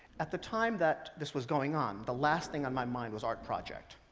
at the time that this was going on, the last thing on my mind was art project.